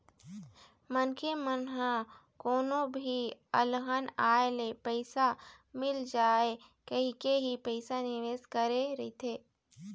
मनखे मन ह कोनो भी अलहन आए ले पइसा मिल जाए कहिके ही पइसा निवेस करे रहिथे